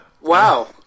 Wow